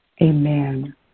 amen